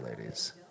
ladies